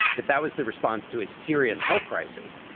if that was the response to a serious health crisis,